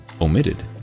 omitted